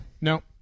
No